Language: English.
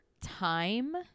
time